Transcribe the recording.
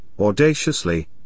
audaciously